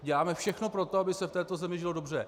Děláme všechno pro to, aby se v této zemi žilo dobře.